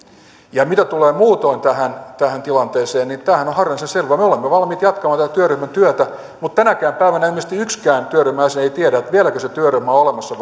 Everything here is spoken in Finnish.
rahaa mitä tulee muutoin tähän tähän tilanteeseen niin tämähän on harvinaisen selvä me olemme valmiit jatkamaan tätä työryhmän työtä mutta tänäkään päivänä ilmeisesti yksikään työryhmän jäsen ei tiedä vieläkö se työryhmä on olemassa